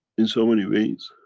in so many ways,